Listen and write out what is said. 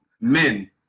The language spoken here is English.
men